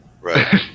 Right